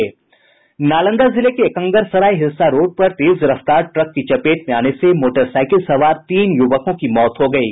नालंदा जिले के एकंगरसराय हिलसा रोड पर तेज रफ्तार ट्रक की चपेट में आने से मोटरसाइकिल सवार तीन युवकों की मौत हो गयी